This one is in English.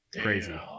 Crazy